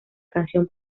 canción